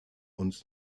und